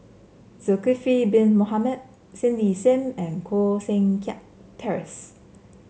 Zulkifli Bin Mohamed Cindy Sim and Koh Seng Kiat Terence